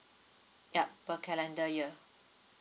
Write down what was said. yup per calendar year